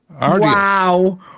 Wow